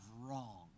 wrong